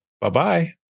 Bye-bye